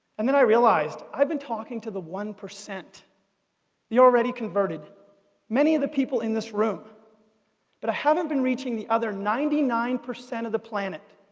and then i realised i've been talking to the one, the already converted many of the people in this room but i haven't been reaching the other ninety nine percent of the planet,